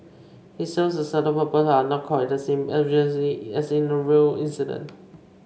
it serves a certain purpose are not quite the same obviously as in a real incident